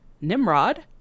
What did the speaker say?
Nimrod